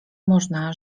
można